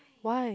why